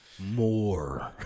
more